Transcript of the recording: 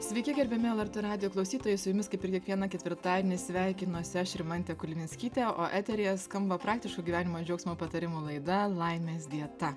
sveiki gerbiami lrt radijo klausytojai su jumis kaip ir kiekvieną ketvirtadienį sveikinuosi aš rimantė kulvinskytė o eteryje skamba praktiško gyvenimo džiaugsmo patarimų laida laimės dieta